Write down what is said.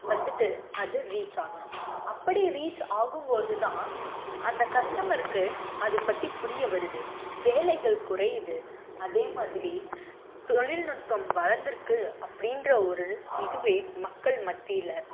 வந்துட்டு அது ரீச் ஆகணும் அப்படி ரீச் ஆகும் போது தான் அந்த கஸ்டமர்க்கு அதை பற்றி புரியவருது வேலைகள் குறையுது அதே மாதிரி தொழில்நுட்பம் வளர்ந்துருக்கு அப்படின்ற ஒரு இதுவே மக்கள் மத்தியில்